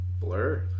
Blur